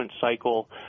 cycle